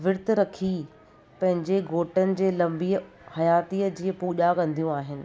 विरतु रखी पंहिंजे घोटनि जे लंबीअ हयातीअ जी पूॼा कंदियूं आहिनि